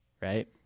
right